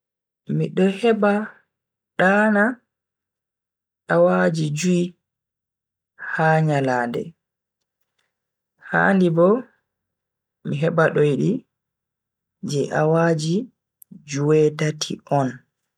Mido heba dana awaaji jui ha nyalande. Handi bo mi heba doidi je awaji jue-tati on.